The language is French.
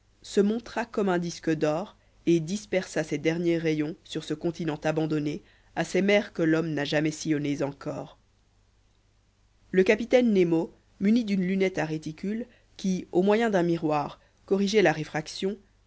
se montra comme un disque d'or et dispersa ses derniers rayons sur ce continent abandonné à ces mers que l'homme n'a jamais sillonnées encore le capitaine nemo muni d'une lunette à réticules qui au moyen d'un miroir corrigeait la réfraction